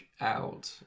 out